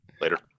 later